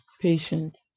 patient